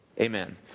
amen